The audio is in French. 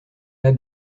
pas